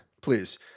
please